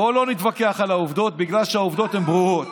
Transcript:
בוא לא נתווכח על העובדות בגלל שהעובדות הן ברורות.